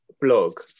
blog